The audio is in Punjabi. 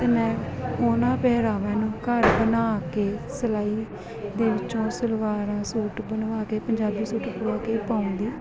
ਅਤੇ ਮੇਂ ਉਹਨਾਂ ਪਹਿਰਾਵਿਆਂ ਨੂੰ ਘਰ ਬਣਾ ਕੇ ਸਿਲਾਈ ਦੇ ਵਿੱਚੋਂ ਸਲਵਾਰਾਂ ਸੂਟ ਬਣਵਾ ਕੇ ਪੰਜਾਬੀ ਸੂਟ ਪਰੋ ਕੇ ਪਾਉਣ ਦੀ